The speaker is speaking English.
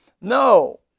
No